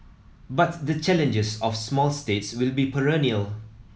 but the challenges of small states will be perennial